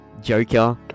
Joker